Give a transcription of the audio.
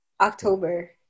october